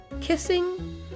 Kissing